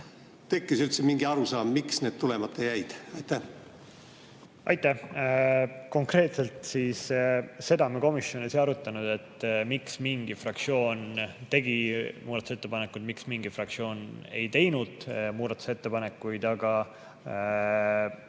tekkis üldse mingi arusaam, miks need tulemata jäid? Aitäh! Konkreetselt seda me komisjonis ei arutanud, miks mingi fraktsioon tegi muudatusettepanekuid ja miks mingi fraktsioon ei teinud muudatusettepanekuid. Aga